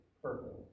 perfect